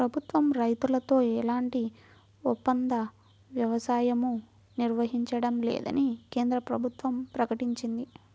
ప్రభుత్వం రైతులతో ఎలాంటి ఒప్పంద వ్యవసాయమూ నిర్వహించడం లేదని కేంద్ర ప్రభుత్వం ప్రకటించింది